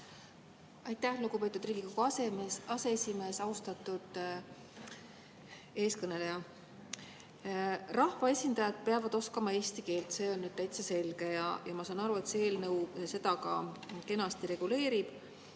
Aitäh, lugupeetud Riigikogu aseesimees! Austatud eeskõneleja! Rahvaesindajad peavad oskama eesti keelt, see on nüüd täitsa selge. Ja ma saan aru, et see eelnõu seda ka kenasti reguleerib.